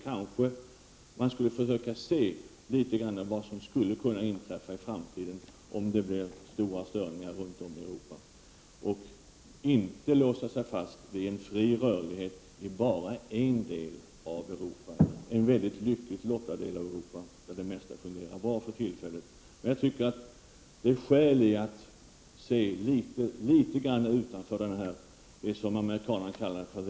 Man skall kanske försöka se litet på vad som skulle kunna inträffa i framtiden, om det blev stora störningar runt om i Europa, och inte låsa sig fast vid den fria rörligheten av bara en del av Europa, en mycket lyckligt lottad del av Europa, där det mesta fungerar bra för tillfället. Det är skäl att se litet utanför det som amerikanerna kallar Prot.